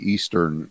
Eastern